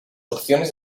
opciones